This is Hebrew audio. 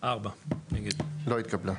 4 נמנעים, 0 ההסתייגות לא התקבלה.